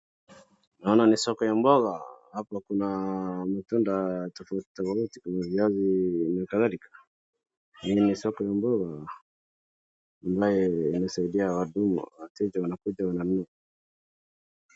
Naona ni soko ya mboga, hapa kuna matunda tofauti tofauti, kuna viazi na kadhalika. Hii ni soko ya mboga ambaye inasaidia watu, wateja wanakuja wananunua.